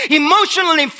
emotionally